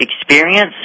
experience